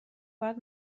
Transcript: باید